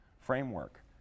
framework